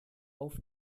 auf